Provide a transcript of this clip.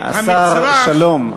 השר שלום,